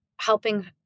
helping